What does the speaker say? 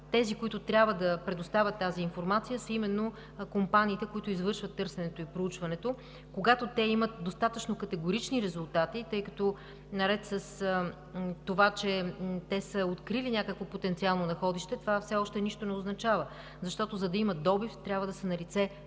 тези, които трябва да предоставят тази информация, са именно компаниите, които извършват търсеното и проучването. Когато те имат достатъчно категорични резултати, наред с това, че те са открили някакво потенциално находище, все още нищо не означава, защото, за да има добив, трябва да са налице